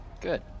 Good